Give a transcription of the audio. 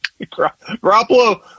Garoppolo